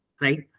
Right